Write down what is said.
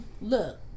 Look